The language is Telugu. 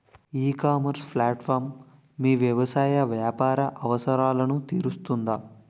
ఈ ఇకామర్స్ ప్లాట్ఫారమ్ మీ వ్యవసాయ వ్యాపార అవసరాలను తీరుస్తుందా?